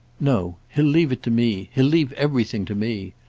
no he'll leave it to me, he'll leave everything to me.